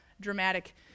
dramatic